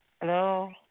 Hello